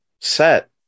set